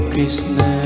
Krishna